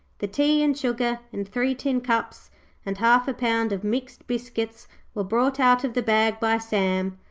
the tea and sugar and three tin cups and half a pound of mixed biscuits were brought out of the bag by sam,